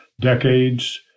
decades